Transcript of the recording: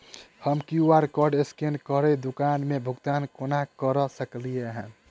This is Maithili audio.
हम क्यू.आर कोड स्कैन करके दुकान मे भुगतान केना करऽ सकलिये एहन?